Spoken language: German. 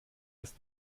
ist